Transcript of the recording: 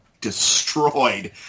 destroyed